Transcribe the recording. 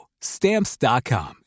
Stamps.com